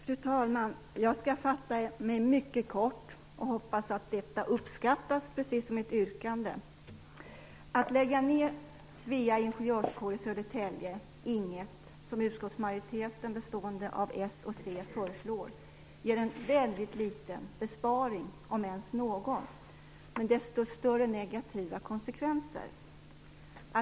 Fru talman! Jag skall fatta mig mycket kort, och jag hoppas att detta, precis som mitt yrkande, uppskattas. Att lägga ned Svea ingenjörskår i Södertälje, Ing 1, som utskottsmajoriteten bestående av Socialdemokraterna och Centerpartiet föreslår, ger en väldigt liten besparing - om ens någon. Desto större blir de negativa konsekvenserna.